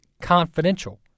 confidential